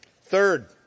Third